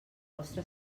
vostra